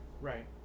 Right